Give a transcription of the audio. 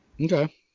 Okay